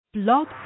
Blog